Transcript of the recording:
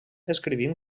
escrivint